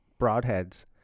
broadheads